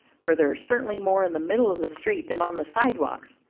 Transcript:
for there are certainly more in the middle of the street than on the sidewalks.